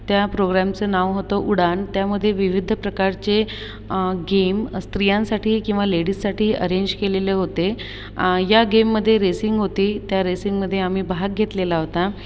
त्या प्रोग्रामचं नाव होतं उडान त्यामधे विविध प्रकारचे गेम स्त्रियांसाठी किंवा लेडीजसाठी अरेंज केलेले होते या गेममध्ये रेसिंग होती त्या रेसिंगमध्ये आम्ही भाग घेतलेला होता